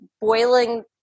boiling